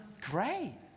Great